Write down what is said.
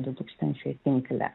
du tūkstančiai tinkle